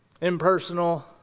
impersonal